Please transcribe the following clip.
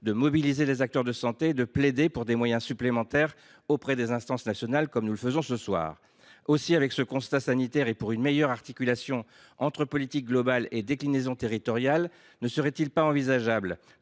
de mobiliser les acteurs de santé. Ils peuvent plaider pour des moyens supplémentaires auprès des instances nationales, ce que nous faisons à notre tour ce soir. Ce constat sanitaire appelle une meilleure articulation entre politique globale et déclinaisons territoriales. Ne serait il donc pas envisageable